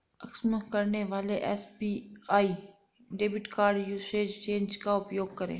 अक्षम करने वाले SBI debit card usage change का उपयोग करें